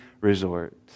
resort